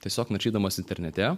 tiesiog naršydamas internete